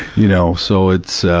you know, so it's ah,